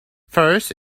first